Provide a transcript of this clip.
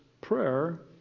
Prayer